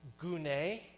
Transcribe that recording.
Gune